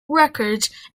records